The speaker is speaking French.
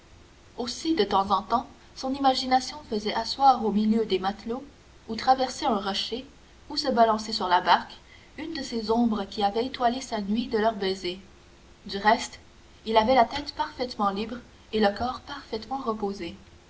aussi de temps en temps son imagination faisait asseoir au milieu des matelots ou traverser un rocher ou se balancer sur la barque une de ces ombres qui avaient étoilé sa nuit de leurs baisers du reste il avait la tête parfaitement libre et le corps parfaitement reposé